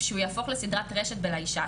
שהוא יהפוך לסדרת רשת ב "לאישה",